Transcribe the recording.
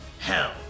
hell